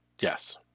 Yes